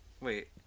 Wait